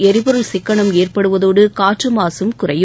எரிபொருள் சிக்கனம் ஏற்படுவதோடு காற்று மாசும் குறையும்